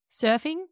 Surfing